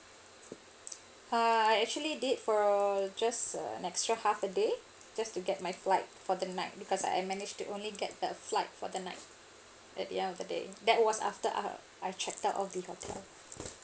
ah I actually did for just an extra half a day just to get my flight for the night because I manage to only get the flight for the night at the end of the day that was after uh I've checked out of the hotel